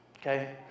okay